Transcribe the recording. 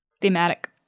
Thematic